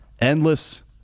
endless